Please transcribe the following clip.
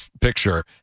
picture